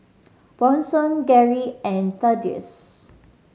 Bronson Garry and Thaddeus